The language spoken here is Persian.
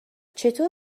چطور